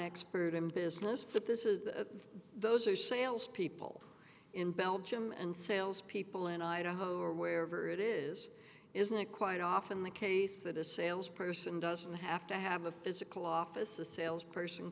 expert in business but this is those are sales people in belgium and sales people in idaho or wherever it is isn't it quite often the case that a salesperson doesn't have to have a physical office the sales person